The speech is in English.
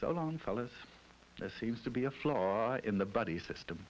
so long follows the seems to be a flaw in the buddy system